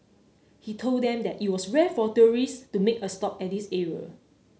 he told them that it was rare for tourists to make a stop at this area